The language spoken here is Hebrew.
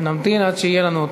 ונמתין עד שיהיה לנו אותו.